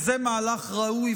זה מהלך ראוי,